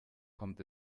kommt